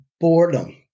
boredom